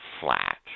flat